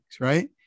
right